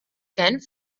genf